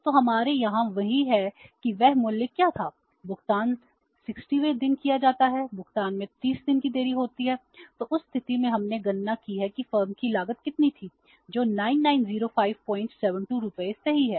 तो हमारे यहाँ वही है कि वह मूल्य क्या था भुगतान 60 वें दिन किया जाता है भुगतान में 30 दिन की देरी होती है तो उस स्थिति में हमने गणना की है कि फर्म की लागत कितनी थी जो 990572 रुपये सही है